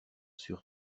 sur